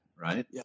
right